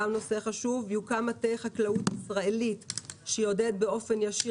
יוקם מטה חקלאות ישראלית שיעודד באופן ישיר